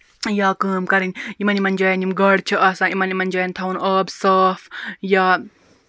یا کٲم کَرٕنۍ یِمن یِمن جاین یِم گاڈٕ چھِ آسان یِمن یِمن جاین تھاوُن آب صاف یا